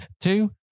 two